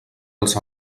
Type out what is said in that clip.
els